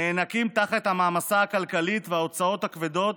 נאנקים תחת המעמסה הכלכלית וההוצאות הכבדות